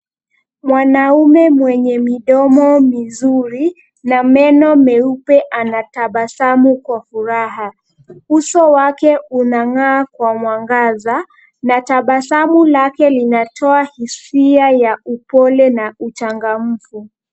Mwanaume mwenye midomo mizuri na meno meupe anatabasamu kwa furaha. Uso wake unang'aa kwa mwangaza na tabasamu lake linatoa hisia ya upole na uchangamfu.